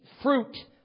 fruit